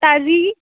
ताजी